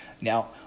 Now